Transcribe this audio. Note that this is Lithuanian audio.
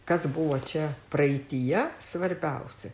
kas buvo čia praeityje svarbiausia